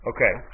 Okay